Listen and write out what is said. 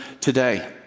today